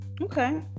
okay